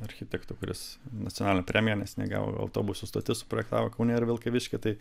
architektu kuris nacionalinę premiją neseniai gavo autobusų stotis projektavo kaune ir vilkavišky tai